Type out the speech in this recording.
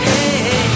Hey